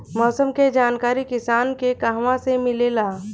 मौसम के जानकारी किसान के कहवा से मिलेला?